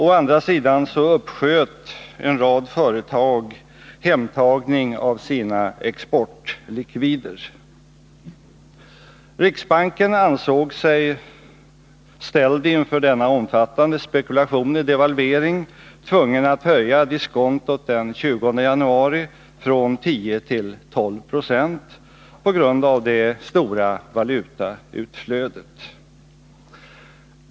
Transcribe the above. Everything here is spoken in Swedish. Å andra sidan uppsköt en rad företag hemtagning av sina exportlikvider. Riksbanken ansåg sig, ställd inför denna omfattande spekulation i devalvering, tvungen att höja diskontot den 20 januari från 10 till 12 96 på grund av det stora valutautflödet.